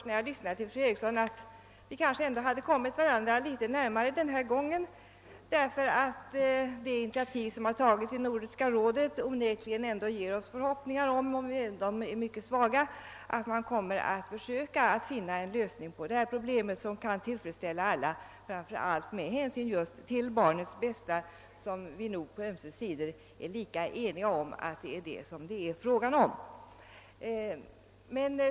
När jag lyssnade till fru Eriksson tänkte jag först att vi kanske ändå hade kommit varandra litet närmare den här gången, eftersom det initiativ som har tagits i Nordiska rådet onekligen ger oss förhoppningar — även om de är mycket svaga — att man kommer att försöka finna en lösning på detta problem som kan tillfredsställa alla och framför allt är till barnens bästa. Vi är säkert på ömse sidor eniga om att det är det viktigaste.